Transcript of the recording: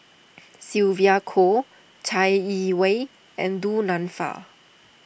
Sylvia Kho Chai Yee Wei and Du Nanfa